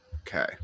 Okay